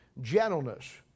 Gentleness